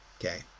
Okay